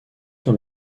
dans